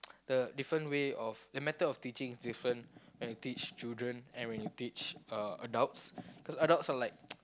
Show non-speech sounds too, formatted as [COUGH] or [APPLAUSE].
[NOISE] the different way of the method of teaching is different when you teach children and when you teach uh adults cause adults are like